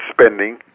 spending